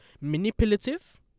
manipulative